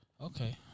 Okay